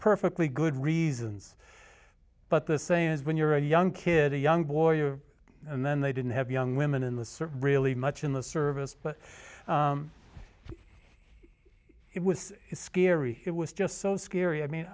perfectly good reasons but the saying is when you're a young kid a young boy or and then they didn't have young women in the service really much in the service but it was scary it was just so scary i mean